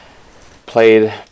played